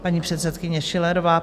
Paní předsedkyně Schillerová.